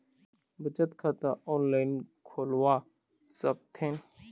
बचत खाता ऑनलाइन खोलवा सकथें?